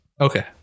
Okay